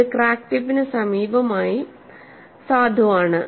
ഇത് ക്രാക്ക് ടിപ്പിന് സമീപത്തായി സാധുവാണ്